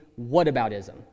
whataboutism